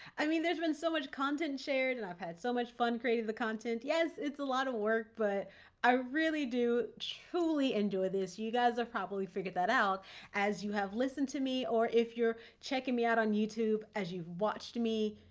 i mean, there's been so much content shared and i've had so much fun creating the content. yes, it's a lot of work, but i really do truly enjoy this. you guys have probably figured that out as you have listened to me, or if you're checking me out on youtube, as you've watched me.